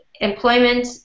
employment